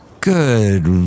Good